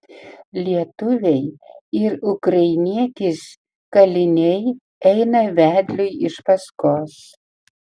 lietuviai ir ukrainietis kaliniai eina vedliui iš paskos